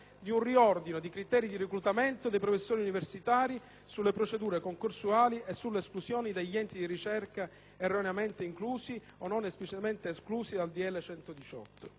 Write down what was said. di un riordino dei criteri di reclutamento dei professori universitari - sulle procedure concorsuali e sull'esclusione degli enti di ricerca, "erroneamente inclusi", o non esplicitamente esclusi, dal